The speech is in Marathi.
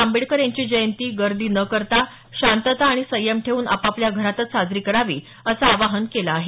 आंबेडकर यांची जयंती गर्दी न करता शांतता आणि संयम ठेवून आपापल्या घरातच साजरी करावी असं आवाहन केलं आहे